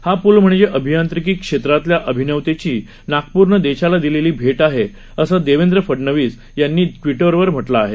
हा पूल म्हणजे अभियांत्रिकी क्षेत्रातल्या अभिनवतेची नागपूरनं देशाला दिलेली भेट आहे असं देवेंद्र फडणवीस यांनी ट्विटरवर म्हटलं आहे